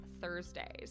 Thursdays